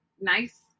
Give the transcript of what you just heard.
nice